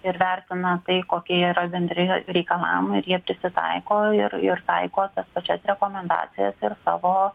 ir vertina tai kokie yra bendri reikalavimai ir jie prisitaiko ir ir taiko tas pačias rekomendacijas ir savo